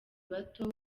bato